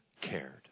cared